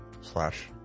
slash